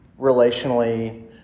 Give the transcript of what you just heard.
relationally